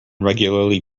regularly